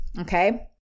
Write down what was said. okay